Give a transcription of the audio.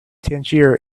tangier